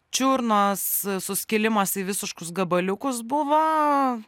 čiurnos suskilimas į visiškus gabaliukus buvo